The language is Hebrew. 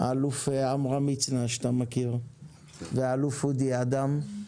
האלוף עמרם מצנע שאתה מכיר ואלוף אודי אדם.